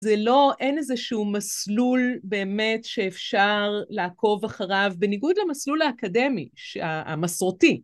זה לא, אין איזשהו מסלול באמת שאפשר לעקוב אחריו, בניגוד למסלול האקדמי, המסורתי.